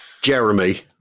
Jeremy